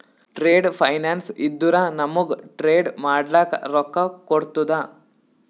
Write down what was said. trade finance ಇದ್ದುರ ನಮೂಗ್ trade ಮಾಡ್ಲಕ ರೊಕ್ಕಾ ಕೋಡ್ತುದ